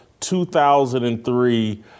2003